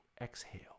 Exhale